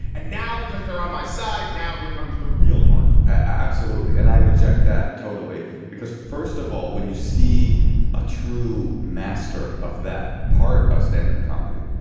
and now because they're on my side now here comes the real art absolutely. and i reject that and totally because first of all, when you see a true master of that part of standup comedy,